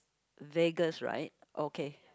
Vegas right okay